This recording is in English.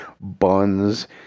buns